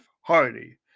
Hardy